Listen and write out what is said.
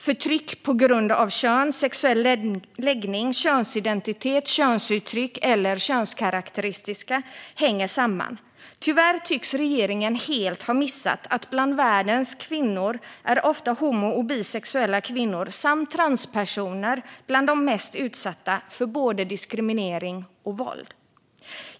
Förtryck på grund av kön, sexuell läggning, könsidentitet, könsuttryck eller könskarakteristika hänger samman. Tyvärr tycks regeringen helt ha missat att bland världens kvinnor är ofta homo och bisexuella kvinnor samt transpersoner bland de mest utsatta för både diskriminering och våld.